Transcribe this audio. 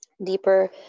Deeper